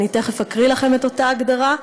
ואני תכף אקריא לכם את אותה הגדרה,